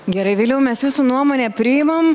gerai viliau mes jūsų nuomonę priimam